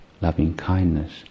loving-kindness